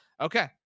Okay